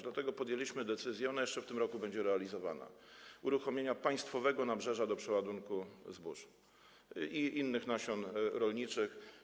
Dlatego podjęliśmy decyzję, ona jeszcze w tym roku będzie realizowana, o uruchomieniu państwowego nabrzeża do przeładunku zbóż i innych nasion rolniczych.